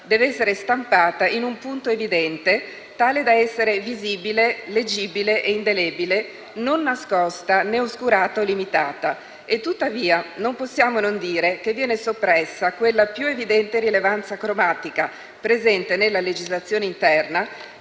deve essere stampata in un punto evidente, tale da essere «visibile, leggibile e indelebile, non nascosta né oscurata o limitata» e tuttavia non possiamo non dire che viene soppressa quella «più evidente rilevanza cromatica», presente nella legislazione interna,